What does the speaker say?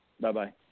Bye-bye